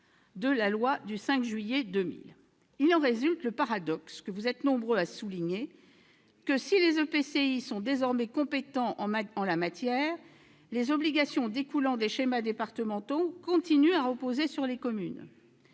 de la loi du 5 juillet 2000. Il en résulte ce paradoxe, que vous êtes nombreux à souligner, que si les EPCI sont désormais compétents en la matière, les obligations découlant des schémas départementaux continuent à reposer sur les communes,